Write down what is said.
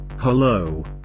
hello